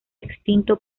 extinto